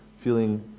feeling